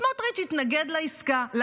סמוטריץ' התנגד לעסקה.